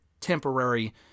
temporary